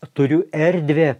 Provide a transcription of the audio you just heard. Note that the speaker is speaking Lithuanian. turiu erdvę